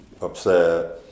upset